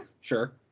Sure